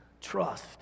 Trust